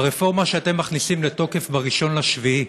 ברפורמה שאתם מכניסים לתוקף ב-1 ביולי,